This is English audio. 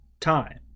time